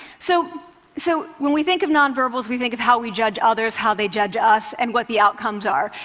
so so when we think of nonverbals, we think of how we judge others, how they judge us and what the outcomes are.